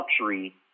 luxury